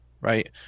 Right